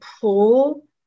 pull